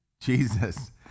Jesus